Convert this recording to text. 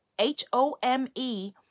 H-O-M-E